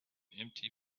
empty